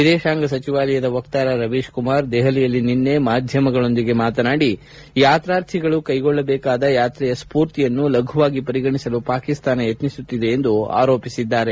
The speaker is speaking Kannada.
ವಿದೇಶಾಂಗ ವ್ಲವಹಾರಗಳ ಸಚಿವಾಲಯದ ವಕ್ತಾರ ರವೀಶ್ಕುಮಾರ್ ದೆಹಲಿಯಲ್ಲಿ ನಿನ್ನೆ ಮಾಧ್ಯಮಗಳೊಂದಿಗೆ ಮಾತನಾಡಿ ಯಾತಾರ್ಥಿಗಳು ಕೈಗೊಳ್ಟದೇಕಾದ ಯಾತ್ರೆಯ ಸ್ವೂರ್ತಿಯನ್ನು ಲಘುವಾಗಿ ಪರಿಗಣಿಸಲು ಪಾಕಿಸ್ತಾನ ಯತ್ನಿಸುತ್ತಿದೆ ಎಂದು ಹೇಳಿದ್ದಾರೆ